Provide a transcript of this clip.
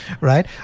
right